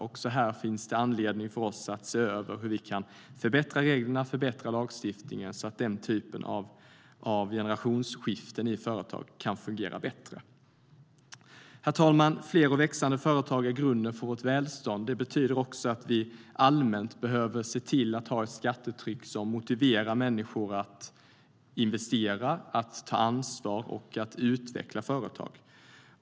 Också här finns det anledning för oss att se över hur vi kan förbättra reglerna och lagstiftningen så att den typen av generationsskiften i företag kan fungera bättre. Herr talman! Fler och växande företag är grunden för vårt välstånd. Det betyder att vi allmänt behöver se till att ha ett skattetryck som motiverar människor att investera, att ta ansvar och att utveckla företag.